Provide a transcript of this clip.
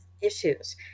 issues